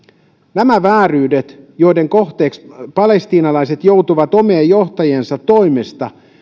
nämä vääryydet joiden kohteeksi palestiinalaiset joutuvat omien johtajiensa toimesta